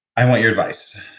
i want your advice.